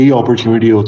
opportunity